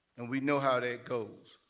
and we know how that goes.